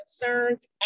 concerns